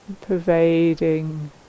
pervading